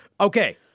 Okay